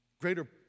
Greater